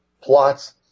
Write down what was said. plots